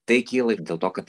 tai kyla ir dėl to kad